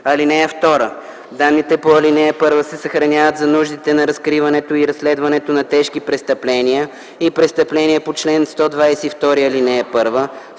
клетки. (2) Данните по ал. 1 се съхраняват за нуждите на разкриването и разследването на тежки престъпления и престъпленията по чл. 122, ал. 1,